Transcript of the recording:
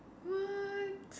what